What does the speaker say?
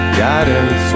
guidance